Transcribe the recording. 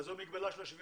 מה זאת המגבלה של 75%?